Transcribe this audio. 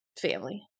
family